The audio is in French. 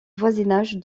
voisinage